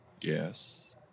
Yes